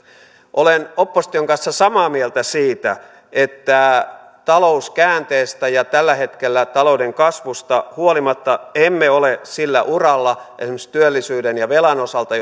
olen opposition kanssa samaa mieltä siitä että talouskäänteestä ja tällä hetkellä talouden kasvusta huolimatta emme ole sillä uralla esimerkiksi työllisyyden ja velan osalta